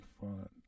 fun